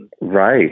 Right